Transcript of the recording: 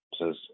says